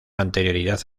anterioridad